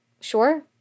Sure